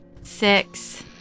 Six